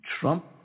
Trump